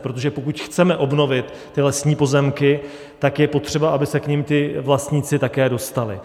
Protože pokud chceme obnovit lesní pozemky, tak je potřeba, aby se k nim vlastníci také dostali.